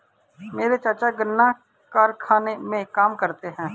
मेरे चाचा गन्ना कारखाने में काम करते हैं